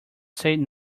said